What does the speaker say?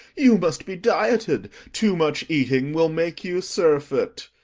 you must be dieted too much eating will make you surfeit.